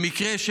במקרה,